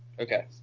Okay